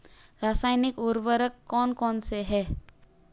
रासायनिक उर्वरक कौन कौनसे हैं?